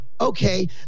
okay